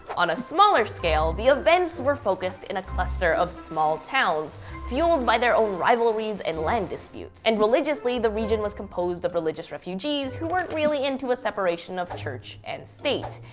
on a smaller scale, the events were focused in a cluster of small towns fuelled by their own rivalries and land disputes. and religiously, the region was composed of religious refugees who weren't really into of a separation of church and state.